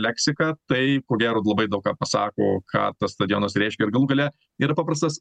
leksika tai ko gero labai daug ką pasako ką tas stadionus reiškia ir galų gale yra paprastas